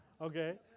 okay